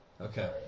Okay